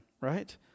right